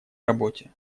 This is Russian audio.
работе